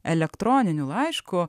elektroniniu laišku